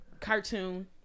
cartoon